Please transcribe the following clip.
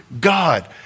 God